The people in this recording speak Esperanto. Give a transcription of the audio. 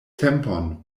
tempon